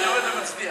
אני עומד ומצדיע.